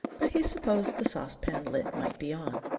but he supposed the saucepan lid might be on.